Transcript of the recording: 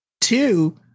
two